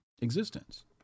existence